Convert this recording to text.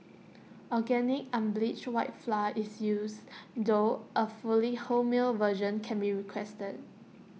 organic unbleached white flour is used though A fully wholemeal version can be requested